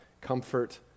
comfort